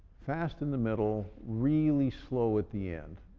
fast in the middle, really slow at the end.